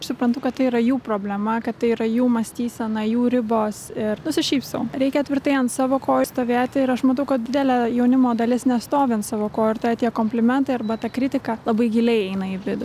suprantu kad tai yra jų problema kad tai yra jų mąstysena jų ribos ir nusišypsau reikia tvirtai ant savo kojų stovėti ir aš matau kad didelė jaunimo dalis nestovi an savo kojų ir tada tie komplimentai arba ta kritika labai giliai eina į vidų